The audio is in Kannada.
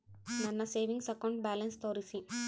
ನನ್ನ ಸೇವಿಂಗ್ಸ್ ಅಕೌಂಟ್ ಬ್ಯಾಲೆನ್ಸ್ ತೋರಿಸಿ?